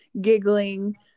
giggling